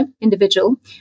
individual